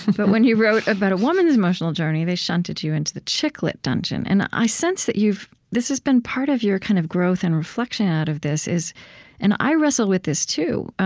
but when you wrote about a woman's emotional journey, they shunted you into the chick-lit dungeon. and i sense that you've this has been part of your kind of growth and reflection out of this, is and i wrestle with this too,